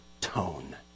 tone